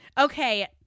Okay